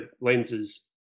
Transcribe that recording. lenses